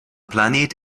planet